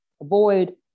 avoid